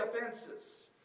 offenses